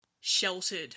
sheltered